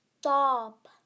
stop